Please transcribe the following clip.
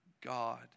god